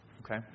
Okay